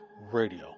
Radio